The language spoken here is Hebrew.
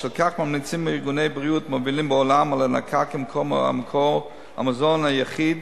בשל כך ממליצים ארגוני בריאות מובילים בעולם על הנקה כמקור המזון היחיד